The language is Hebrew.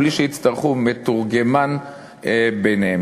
בלי שיצטרכו מתורגמן ביניהם.